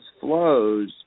flows